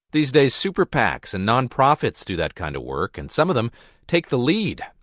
these days, super pacs and nonprofits do that kind of work, and some of them take the lead.